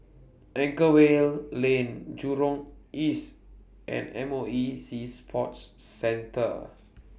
Anchorvale Lane Jurong East and M O E Sea Sports Centre